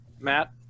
matt